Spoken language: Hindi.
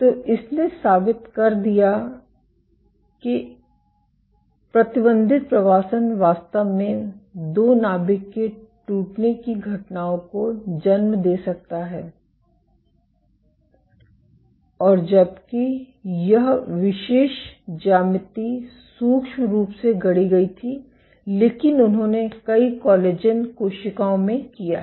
तो इसने साबित किया कि प्रतिबंधित प्रवासन वास्तव में दो नाभिक के टूटने की घटनाओं को जन्म दे सकता है और जबकि यह विशेष ज्यामिति सूक्ष्म रूप से गढ़ी गई थी लेकिन उन्होंने कई कोलेजन कोशिकाओं में किया है